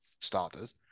starters